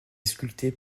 sculptées